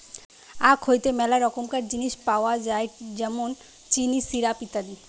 আখ হইতে মেলা রকমকার জিনিস পাওয় যায় যেমন চিনি, সিরাপ, ইত্যাদি